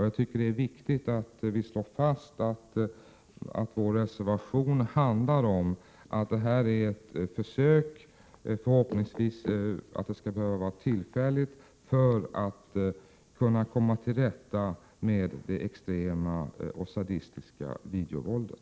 Jag tycker att det är viktigt att vi slår fast att det vår reservation handlar om är ett försök, som förhoppningsvis skall kunna vara tillfälligt, för att komma till rätta med det extrema och sadistiska videovåldet.